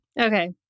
Okay